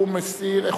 בסדר-היום.